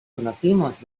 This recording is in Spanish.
conocimos